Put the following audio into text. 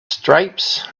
stripes